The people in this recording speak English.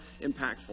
impactful